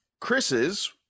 chris's